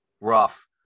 rough